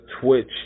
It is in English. Twitch